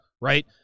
right